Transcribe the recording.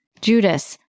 Judas